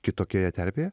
kitokioje terpėje